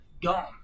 gone